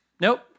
Nope